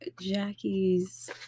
Jackie's